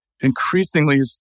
increasingly